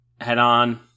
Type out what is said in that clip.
head-on